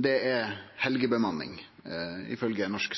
Det er helgebemanning, ifølgje Norsk